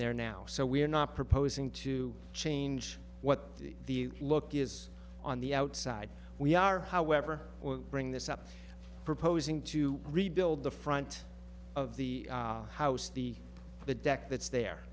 there now so we're not proposing to change what the look is on the outside we are however bring this up proposing to rebuild the front of the house the the deck that's there